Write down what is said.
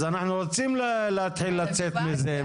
אנחנו רוצים להתחיל לצאת מזה.